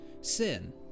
sin